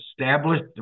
established